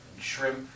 shrimp